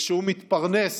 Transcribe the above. ושהוא מתפרנס